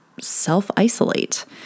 self-isolate